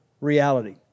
reality